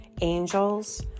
angels